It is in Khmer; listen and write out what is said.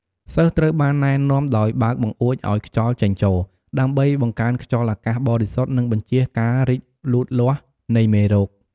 សិស្សត្រូវបានណែនាំដោយបើកបង្អួចឲ្យខ្យល់ចេញចូល ដើម្បីបង្កើនខ្យល់អាកាសបរិសុទ្ធ និងបញ្ចៀសការរីកលូតលាស់នៃមេរោគ។